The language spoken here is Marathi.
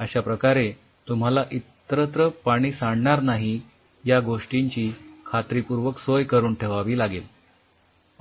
अश्याप्रकारे तुम्हाला इतरत्र पाणी सांडणार नाही या गोष्टीची खात्रीपूर्वक सोय करून ठेवावी लागेल